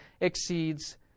exceeds